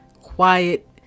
quiet